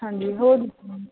ਹਾਂਜੀ ਹੋਰ